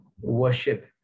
worship